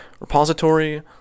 repository